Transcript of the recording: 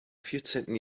vierzehnten